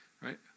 Right